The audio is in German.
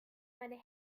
meine